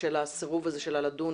בשל הסירוב הזה שלה לדון